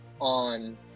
on